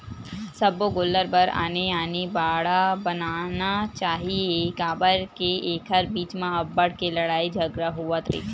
सब्बो गोल्लर बर आने आने बाड़ा बनाना चाही काबर के एखर बीच म अब्बड़ के लड़ई झगरा होवत रहिथे